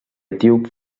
etíop